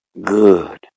good